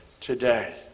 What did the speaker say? today